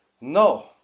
no